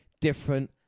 different